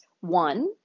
one